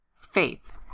Faith